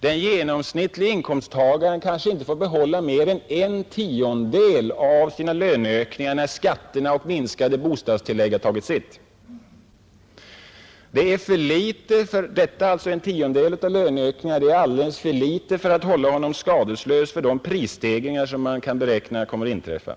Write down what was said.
Den genomsnittlige inkomsttagaren får behålla kanske en tiondel av löneökningen, sedan skatter och minskande bostadstillägg tagit sitt. Det är för litet för att hålla honom skadeslös för de prisstegringar som beräknas inträffa.